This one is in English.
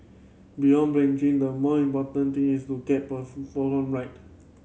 beyond branching the more important thing is to get programme right